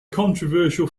controversial